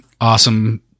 awesome